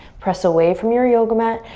press away from your yoga mat.